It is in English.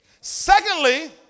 Secondly